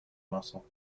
muscle